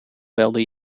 belde